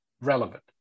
relevant